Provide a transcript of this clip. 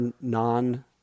non